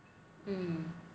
mm